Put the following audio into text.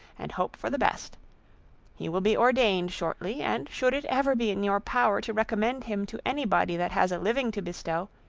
and hope for the best he will be ordained shortly and should it ever be in your power to recommend him to any body that has a living to bestow,